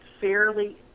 fairly